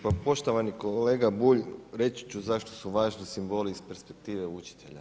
Pa poštovani kolega Bulj, reći ću zašto su važni simboli iz perspektive učitelja.